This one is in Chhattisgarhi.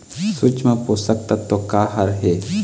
सूक्ष्म पोषक तत्व का हर हे?